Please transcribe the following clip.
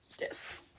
Yes